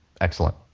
Excellent